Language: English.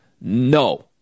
No